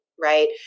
Right